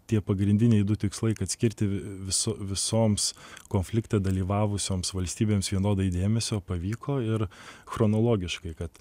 tie pagrindiniai du tikslai kad skirti viso visoms konflikte dalyvavusioms valstybėms vienodai dėmesio pavyko ir chronologiškai kad